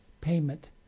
payment